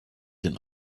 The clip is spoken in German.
den